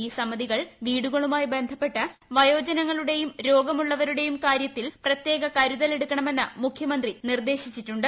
ഈ സമിതികൾ വീടുകളുമായി പ്രഖ്ന്ധപ്പെട്ട് വയോജനങ്ങളുടെയും രോഗമുള്ളവരുടെയും പ്രകാര്യത്തിൽ പ്രത്യേക കരുതൽ എടുക്കണമെന്ന് മുഖ്യമിന്ത്രി നിർദ്ദേശിച്ചിട്ടുണ്ട്